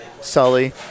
Sully